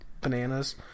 bananas